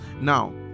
Now